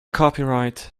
copyright